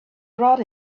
brought